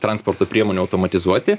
transporto priemonių automatizuoti